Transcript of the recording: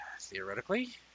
theoretically